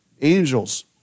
angels